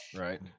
Right